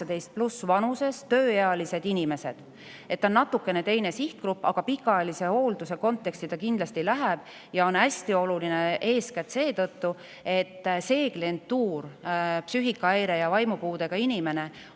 18+ vanuses tööealised inimesed. See on natukene teine sihtgrupp. Aga pikaajalise hoolduse konteksti ta kindlasti läheb. See on hästi oluline eeskätt seetõttu, et see klientuur, psüühikahäire ja vaimupuudega täisealine